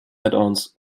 addons